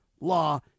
law